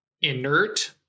inert